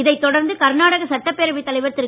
இதை தொடர்ந்து கர்நாடக சட்டப்பேரவை தலைவர் திரு